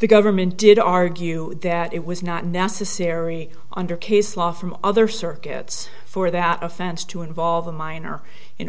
the government did argue that it was not necessary under case law from other circuits for that offense to involve a minor in